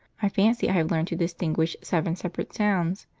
i fancy i have learned to distinguish seven separate sounds,